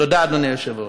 תודה, אדוני היושב-ראש.